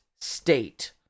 state